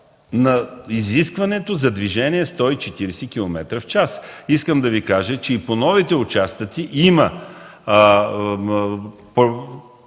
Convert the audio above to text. на изискването за движение със 140 км в час. Искам да Ви кажа, че и по новите участъци има